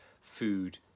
food